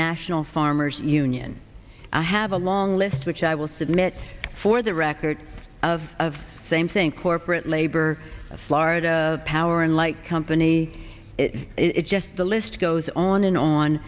national farmers union i have a long list which i will submit for the record of same thing corporate labor florida power and light company it just the list goes on and on